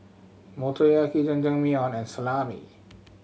Motoyaki Jajangmyeon and Salami